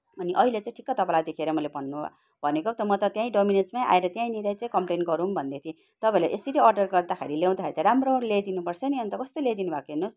अनि अहिले त ठिक्क तपाईँलाई देखेर मैले भन्नु भनेको नि त म त्यै डोमिनोसमै आएर त्यहीँनिर चाहिँ कम्प्लेन गरौँ भन्दै थिएँ कि तपाईँलाई यसरी अर्डर गर्दाखेरि त ल्याउँदाखेरि त राम्रो ल्याइदिनुपर्छ नि अन्त कस्तो ल्याइदिनुभएको हेर्नुहोस्